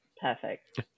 perfect